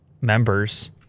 members